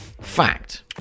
Fact